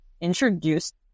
introduced